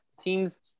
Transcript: Teams